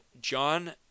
John